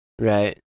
Right